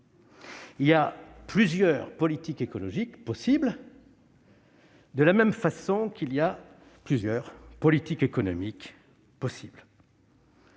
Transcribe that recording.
Il y a plusieurs politiques écologiques possibles, de la même manière qu'il y a plusieurs politiques économiques possibles.